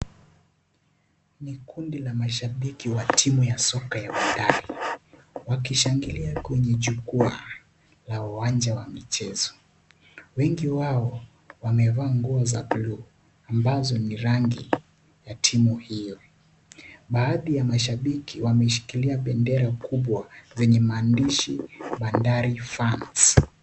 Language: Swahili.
Ni kundi la mashabiki wa timu ya soka ya Bandari, wakishangilia kwenye jukwaa la uwanja wa michezo. Wengi wao, wamevaa nguo za bluu , ambazo ni rangi ya timu hiyo. Baadhi ya mashabiki wameshikilia bendera kubwa zenye maandishi Bandari fans .